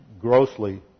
grossly